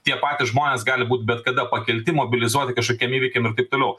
tie patys žmonės gali būt bet kada pakelti mobilizuoti kažkokiem įvykiam ir taip toliau